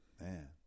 man